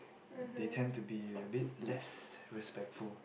they tend to be a bit less respectful